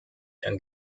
and